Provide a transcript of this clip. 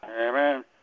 Amen